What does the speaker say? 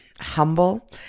humble